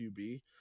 QB